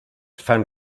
fan